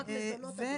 לא רק מזונות, אדוני.